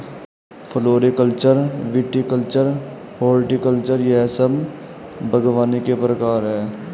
floriculture, viticulture, horticulture यह सब बागवानी के प्रकार है